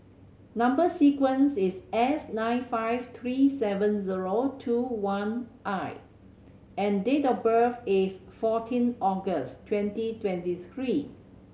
number sequence is S nine five three seven zero two one I and date of birth is fourteen August twenty twenty three